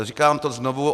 Říkám to znovu.